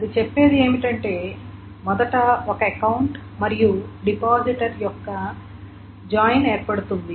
అది చెప్పేది ఏమిటంటే మొదట ఒక అకౌంట్ మరియు డిపాజిటర్ యొక్క జాయిన్ ఏర్పడుతుంది